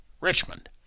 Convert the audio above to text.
Richmond